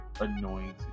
annoying